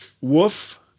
woof